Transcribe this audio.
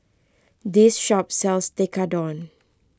this shop sells Tekkadon